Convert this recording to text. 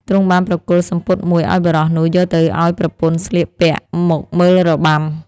ទ្រង់បានប្រគល់សំពត់មួយឱ្យបុរសនោះយកទៅឱ្យប្រពន្ធស្លៀកពាក់មកមើលរបាំ។